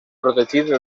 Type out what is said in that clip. protegir